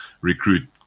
recruit